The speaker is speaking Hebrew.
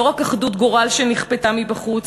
לא רק אחדות גורל שנכפתה מבחוץ,